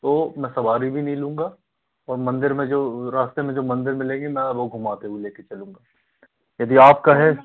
तो मैं सवारी भी नहीं लूँगा और मंदिर में जो रास्ते में जो मंदिर मिलेंगी ना वो घुमाते हुए ले कर चलूँगा यदि आप कहें